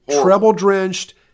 treble-drenched